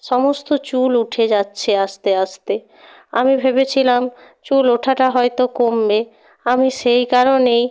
সমস্ত চুল উঠে যাচ্ছে আস্তে আস্তে আমি ভেবেছিলাম চুল ওঠাটা হয়তো কমবে আমি সেই কারণেই